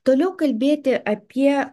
toliau kalbėti apie